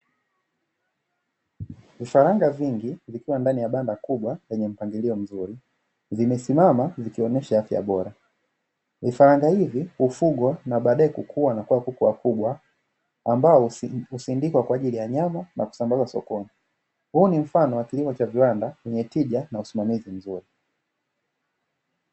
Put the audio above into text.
Vifaranga vingi vikiwa ndani ya banda kubwa lenye mpangilio mzuri vimesimama vikionyesha afya bora. Vifaranga hivyo hufugwa na baadae kukua na kuwa kuku wakubwa, ambao husindikwa kwa ajili ya nyama na kusambazwa sokoni, huu ni mfano wa kilimo cha viwanda chenye tija na usimamizi mzuri.